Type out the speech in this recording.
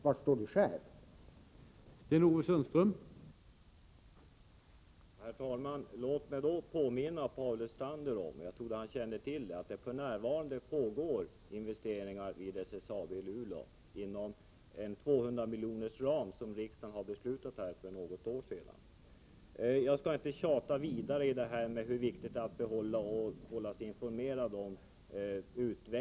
Var står Sten-Ove Sundström själv?